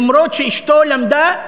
אף שאשתו למדה,